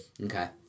Okay